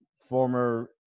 former –